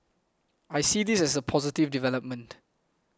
I see this as a positive development